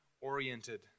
oriented